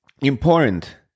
important